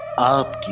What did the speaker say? up,